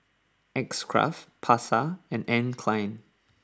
X Craft Pasar and Anne Klein